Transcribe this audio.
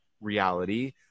reality